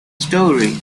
story